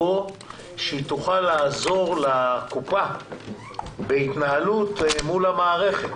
כדי שהיא תוכל לעזור לקופה בהתנהלות מול המערכת.